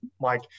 Mike